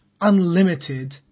unlimited